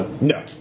No